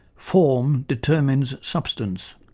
form determines substance.